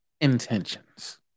intentions